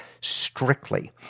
strictly